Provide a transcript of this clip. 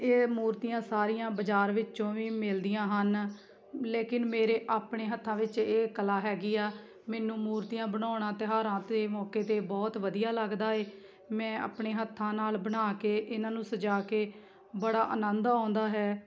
ਇਹ ਮੂਰਤੀਆਂ ਸਾਰੀਆਂ ਬਾਜ਼ਾਰ ਵਿੱਚੋਂ ਵੀ ਮਿਲਦੀਆਂ ਹਨ ਲੇਕਿਨ ਮੇਰੇ ਆਪਣੇ ਹੱਥਾਂ ਵਿੱਚ ਇਹ ਕਲਾ ਹੈਗੀ ਆ ਮੈਨੂੰ ਮੂਰਤੀਆਂ ਬਣਾਉਣਾ ਤਿਉਹਾਰਾਂ ਤੇ ਮੌਕੇ 'ਤੇ ਬਹੁਤ ਵਧੀਆ ਲੱਗਦਾ ਹੈ ਮੈਂ ਆਪਣੇ ਹੱਥਾਂ ਨਾਲ ਬਣਾ ਕੇ ਇਹਨਾਂ ਨੂੰ ਸਜਾ ਕੇ ਬੜਾ ਆਨੰਦ ਆਉਂਦਾ ਹੈ